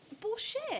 bullshit